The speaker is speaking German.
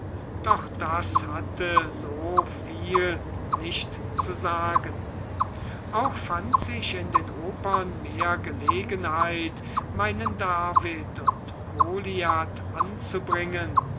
doch das hatte so viel nicht zu sagen auch fand sich in den opern mehr gelegenheit meinen david und goliath anzubringen